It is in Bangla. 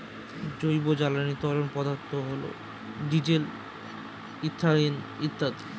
জৈব জ্বালানি তরল পদার্থ হল ডিজেল, ইথানল ইত্যাদি